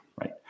right